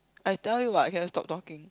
I tell you what can you stop talking